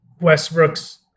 Westbrook's